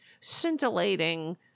scintillating